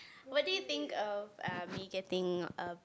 what do you think of um me getting a